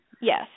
Yes